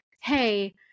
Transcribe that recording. Hey